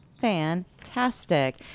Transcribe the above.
Fantastic